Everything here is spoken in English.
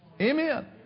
Amen